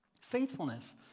Faithfulness